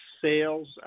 sales